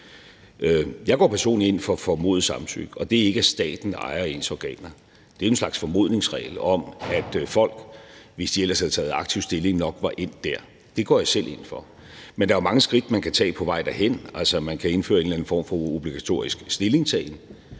Jeg går personligt ind for formodet samtykke, og det er ikke, at staten ejer ens organer. Det er en slags formodningsregel om, at folk, hvis de ellers havde taget aktivt stilling, nok var endt der. Det går jeg selv ind for. Men der er jo mange skridt, man kan tage på vej derhen. Man kan indføre en eller anden form for obligatorisk stillingtagen